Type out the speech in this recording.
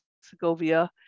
Segovia